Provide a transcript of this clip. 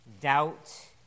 doubt